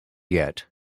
yet